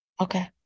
Okay